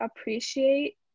appreciate